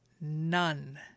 None